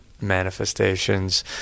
Manifestations